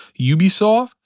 Ubisoft